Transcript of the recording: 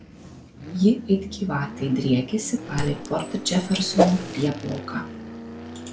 ji it gyvatė driekiasi palei port džefersono prieplauką